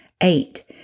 eight